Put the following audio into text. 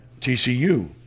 TCU